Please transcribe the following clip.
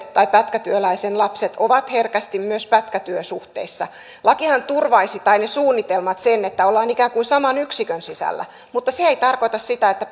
tai pätkätyöläisen lapset ovat herkästi pätkätyösuhteissa lakihan turvaisi tai ne suunnitelmat sen että ollaan ikään kuin saman yksikön sisällä mutta se ei tarkoita sitä että